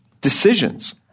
decisions